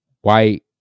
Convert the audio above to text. white